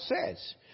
says